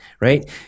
right